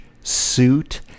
suit